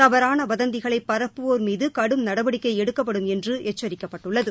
தவறான வதந்திகளை பரப்புவோர் மீது கடும நடவடிக்கை எடுக்கப்படும் என்று எச்சரிக்கப்பட்டுள்ளது